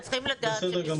רם,